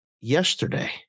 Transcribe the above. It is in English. yesterday